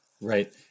Right